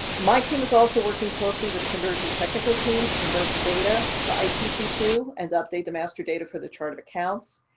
my team is also working closely with the conversion technical team to convert the data for i t c two and update the master data for the chart of accounts.